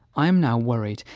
i am now worried,